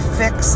fix